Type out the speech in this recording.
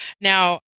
Now